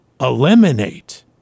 eliminate